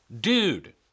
dude